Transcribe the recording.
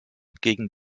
gegen